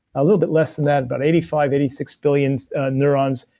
a little bit less than that about eighty five, eighty six billion neurons.